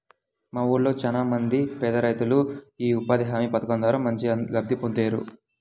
మా ఊళ్ళో చానా మంది పేదరైతులు యీ ఉపాధి హామీ పథకం ద్వారా మంచి లబ్ధి పొందేరు